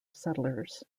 settlers